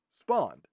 spawned